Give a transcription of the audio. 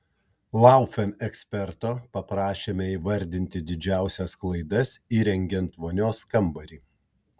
laufen eksperto paprašėme įvardinti didžiausias klaidas įrengiant vonios kambarį